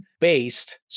based